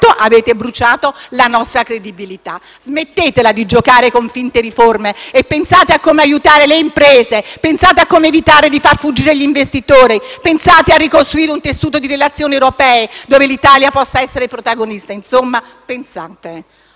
avete bruciato la nostra credibilità. Smettetela di giocare con finte riforme e pensate a come aiutare le imprese, pensate a come evitare di far fuggire gli investitori, pensate a ricostruire un tessuto di relazioni europee, dove l'Italia possa essere protagonista. Insomma, pensate.